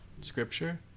scripture